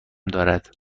دارد